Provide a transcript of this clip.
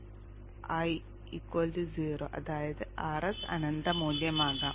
ഇപ്പോൾ I 0 അതായത് Rs അനന്തമായ മൂല്യമാകാം